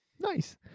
nice